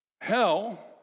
Hell